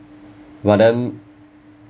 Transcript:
but then